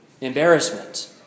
embarrassment